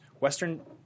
Western